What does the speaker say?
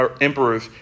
emperors